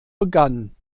begann